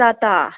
जाता